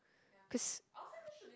cause